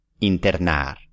Internar